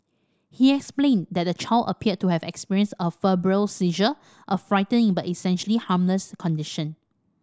he explained that the child appeared to have experienced a febrile seizure a frightening but essentially harmless condition